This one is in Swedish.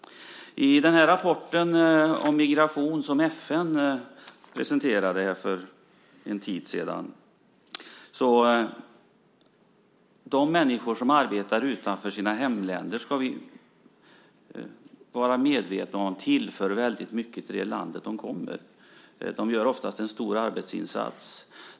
FN presenterade för en tid sedan en rapport om migration. Vi ska vara medvetna om att de människor som arbetar utanför sina hemländer tillför väldigt mycket till det land som de kommer till. De gör oftast en stor arbetsinsats.